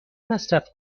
مصرف